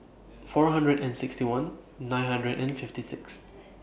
four hundred and sixty one nine hundred and fifty six